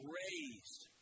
raised